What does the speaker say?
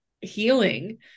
healing